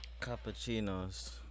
Cappuccinos